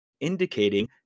indicating